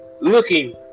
looking